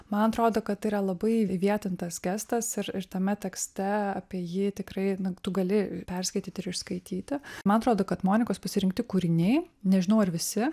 man atrodo kad tai yra labai įvietintas gestas ir ir tame tekste apie jį tikrai na tu gali perskaityti ir išskaityti man atrodo kad monikos pasirinkti kūriniai nežinau ar visi